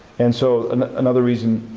and so another reason